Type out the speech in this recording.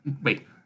Wait